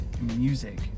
music